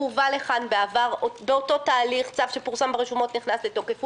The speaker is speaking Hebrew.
הוא הובא לכאן בעבר באותו תהליך צו שפורסם ברשומות ונכנס לתוקף.